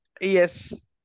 Yes